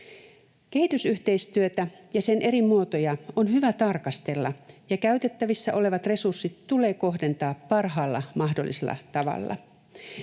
Kehitysyhteistyötä ja sen eri muotoja on hyvä tarkastella, ja käytettävissä olevat resurssit tulee kohdentaa parhaalla mahdollisella tavalla.